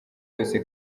yose